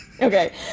Okay